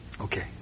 Okay